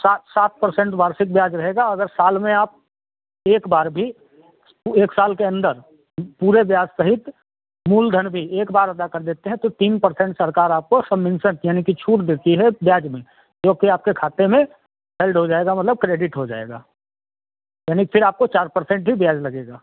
सात सात परसेंट वार्षिक ब्याज रहेगा अगर साल में आप एक बार भी एक साल के अंदर पूरे ब्याज सहित मूलधन भी एक बार अदा कर देते हैं तो तीन परसेंट सरकार आपको सबमिन्सन यानि कि छूट देती है ब्याज में जो कि आपके खाते में साइड हो जाएगा मतलब क्रेडिट हो जाएगा यानि फिर आपको चार परसेंट ही ब्याज लगेगा